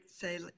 say